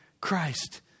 Christ